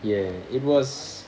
யோவ்:yov it was